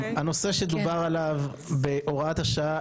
הנושא שדובר עליו בהוראת השעה,